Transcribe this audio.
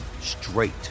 straight